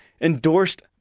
endorsed